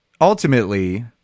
ultimately